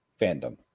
fandom